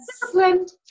disciplined